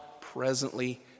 presently